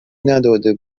نداده